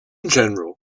general